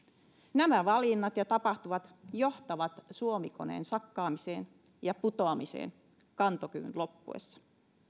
nämä valinnat ja tapahtumat johtavat suomi koneen sakkaamiseen ja putoamiseen kantokyvyn loppuessa